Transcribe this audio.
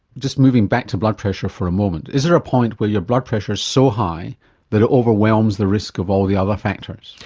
just moving back to blood pressure for a moment, is there a point where your blood pressure is so high that it overwhelms the risk of all the other factors?